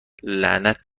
لعنت